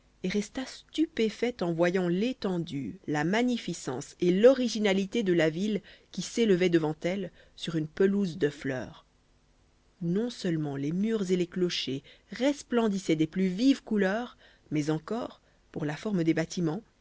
resta stupéfaite en voyant l'étendue la magnificence et l'originalité de la ville qui s'élevait devant elle sur une pelouse de fleurs non seulement les murs et les clochers resplendissaient des plus vives couleurs mais encore pour la forme des bâtiments